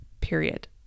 period